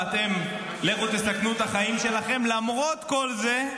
ואתם לכו תסכנו את החיים שלכם -- מגיע לו קרדיט ----- למרות כל זה,